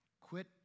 quit